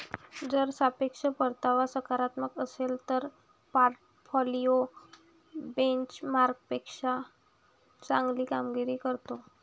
जर सापेक्ष परतावा सकारात्मक असेल तर पोर्टफोलिओ बेंचमार्कपेक्षा चांगली कामगिरी करतो